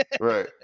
Right